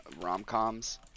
rom-coms